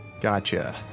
Gotcha